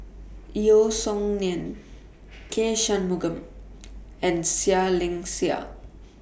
Yeo Song Nian K Shanmugam and Seah Liang Seah